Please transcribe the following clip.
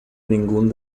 ningún